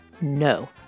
No